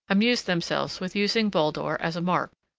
amused themselves with using baldur as a mark,